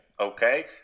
Okay